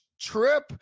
trip